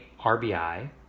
RBI